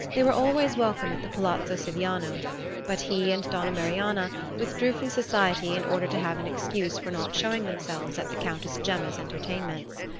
they were always welcome at the palazzo siviano but he and donna marianna withdrew from society in order to have an excuse for not showing themselves at the countess gemma's entertainments.